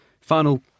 final